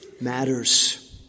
matters